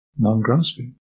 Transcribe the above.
non-grasping